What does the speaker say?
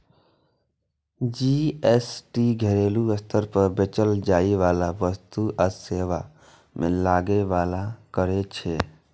GST घरेलू स्तर पर बेचल जाइ बला वस्तु आ सेवा पर लागै बला कर छियै